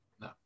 No